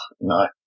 no